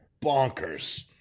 bonkers